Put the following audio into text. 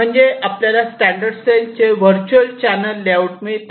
म्हणजेच आपल्याला स्टॅंडर्ड सेलचे वर्चुअल चॅनल लेआउट मिळते